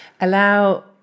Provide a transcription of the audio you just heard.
allow